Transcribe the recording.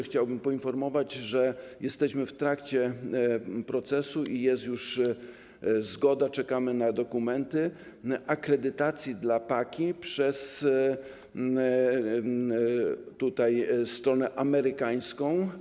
Chciałbym poinformować, że jesteśmy w trakcie procesu i jest już zgoda - czekamy na dokumenty - na akredytację dla PKA, jeśli chodzi o stronę amerykańską.